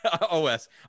O-S